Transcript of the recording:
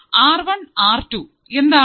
R one R two എന്താണ്